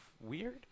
weird